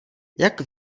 jak